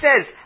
says